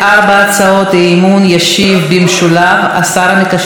המקשר בין הממשלה לכנסת חבר הכנסת יריב לוין.